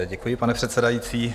Děkuji, pane předsedající.